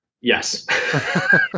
Yes